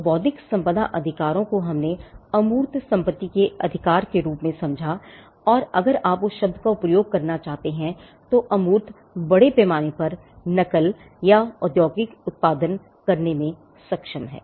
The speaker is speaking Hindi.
तो बौद्धिक संपदा अधिकारों को हम मूर्त बड़े पैमाने पर नकल या औद्योगिक उत्पादन करने में सक्षम हैं